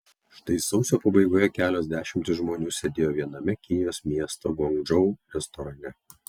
štai sausio pabaigoje kelios dešimtys žmonių sėdėjo viename kinijos miesto guangdžou restorane